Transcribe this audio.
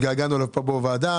התגעגענו לו פה בוועדה.